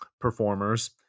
performers